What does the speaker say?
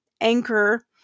anchor